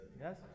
Yes